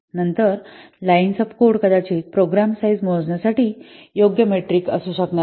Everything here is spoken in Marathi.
नंतर लाईन्स ऑफ कोड कदाचित प्रोग्राम साईझ मोजण्यासाठी योग्य मेट्रिक असू शकत नाही